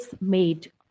made